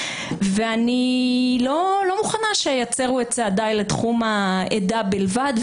ואני לא מוכנה שיצרו את צעדיי לתחום העדה בלבד.